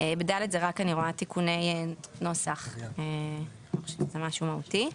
אחריות בשירות ייזום בסיסי 19א (ג)